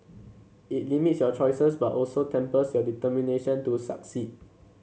it limits your choices but also tempers your determination to succeed